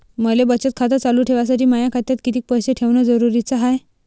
मले बचत खातं चालू ठेवासाठी माया खात्यात कितीक पैसे ठेवण जरुरीच हाय?